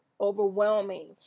overwhelming